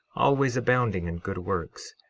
always abounding in good works,